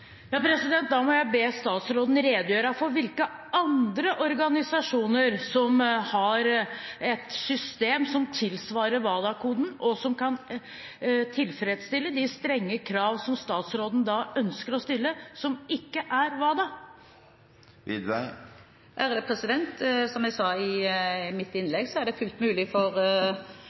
Da må jeg be statsråden redegjøre for hvilke andre organisasjoner – som ikke er WADA – som har et system som tilsvarer WADA-koden, og som kan tilfredsstille de strenge kravene som statsråden ønsker å stille. Som jeg sa i mitt innlegg, er det fullt mulig.